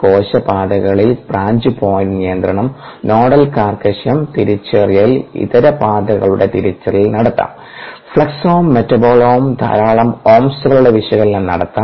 കോശ പാതകളിൽ branch point നിയന്ത്രണം നോഡൽ കാർക്കശ്യം തിരിച്ചറിയൽ ഇതര പാതകളുടെ തിരിച്ചറിയൽ നടത്താം ഫ്ലക്സോം മെറ്റബോളോം ധാരാളം ഓംസ്കളുടെ വിശകലനം നടത്താം